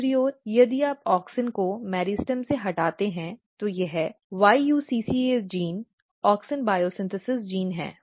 दूसरी ओर यदि आप ऑक्सिन को मेरिस्टेम से हटाते हैं तो यह YUCCA gene auxin biosynthesis gene हैं